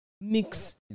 mix